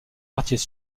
quartiers